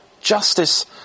Justice